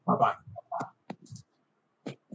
Bye-bye